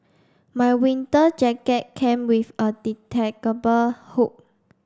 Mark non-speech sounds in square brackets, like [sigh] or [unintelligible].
my winter jacket came with a [unintelligible] hook